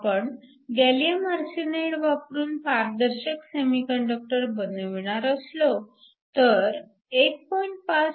आपण gallium arsenide वापरून पारदर्शक सेमीकंडक्टर बनविणार असलो तर 1